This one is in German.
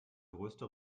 größte